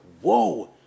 Whoa